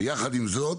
ויחד עם זאת,